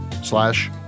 slash